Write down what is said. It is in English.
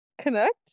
connect